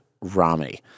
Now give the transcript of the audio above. Rami